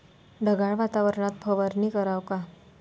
ढगाळ वातावरनात फवारनी कराव का?